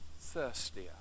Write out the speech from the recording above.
thirstier